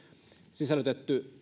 sisällytetty